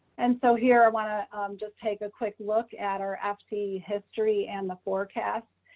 and so here, i wanna just take a quick look at our fc history and the forecast.